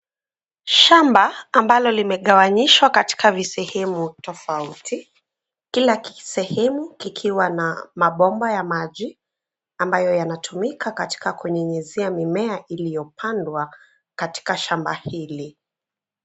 Shamba ambalo limegaganishwa katika visehemu tofauti. Kila kisehemu kikiwa na mabomba ya maji ambayo yanatumika katika kunyunyuzi mimea iliyopandwa katika shamba hili.